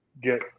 get